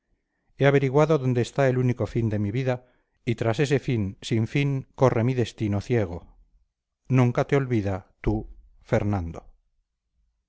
he averiguado dónde está el único fin de mi vida y tras ese fin sin fin corre mi destino ciego nunca te olvida tu fernando